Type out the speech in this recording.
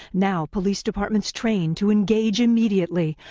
now police departments train to engage immediately.